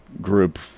group